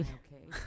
okay